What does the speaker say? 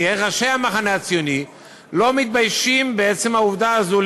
ראשי המחנה הציוני לא מתביישים בעצם העובדה הזאת,